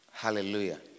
Hallelujah